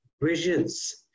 visions